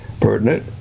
pertinent